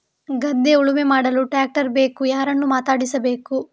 ಗದ್ಧೆ ಉಳುಮೆ ಮಾಡಲು ಟ್ರ್ಯಾಕ್ಟರ್ ಬೇಕು ಯಾರನ್ನು ಮಾತಾಡಿಸಬೇಕು?